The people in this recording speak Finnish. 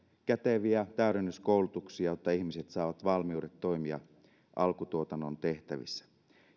käteviä täydennyskoulutuksia jotta ihmiset saavat valmiudet toimia alkutuotannon tehtävissä